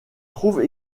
trouve